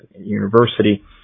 university